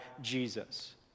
Jesus